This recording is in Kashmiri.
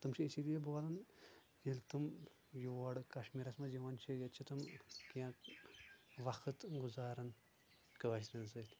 تِم چھ اسی لیے بولان ییٚلہِ تِم یور کَشمیٖرَس منٛز یِوان چھِ ییٚتہِ چھ تِم کیٚنٛہہ وقت گُزاران کٲشریٚن سۭتۍ